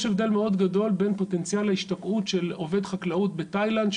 יש הבדל מאוד גדול בין פוטנציאל ההשתקעות של עובד חקלאות בתאילנד,